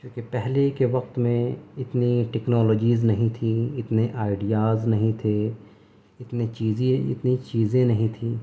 چونکہ پہلے کے وقت میں اتنی ٹکنالوجیز نہیں تھی اتنے آئیڈیاز نہیں تھے اتنی چیزیں اتنی چیزیں نہیں تھی